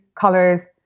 colors